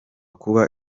kuba